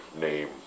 name